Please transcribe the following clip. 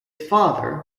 father